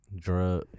drug